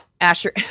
asher